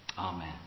Amen